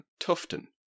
Tufton